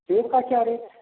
सेब का क्या रेट है